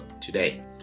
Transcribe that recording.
today